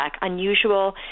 Unusual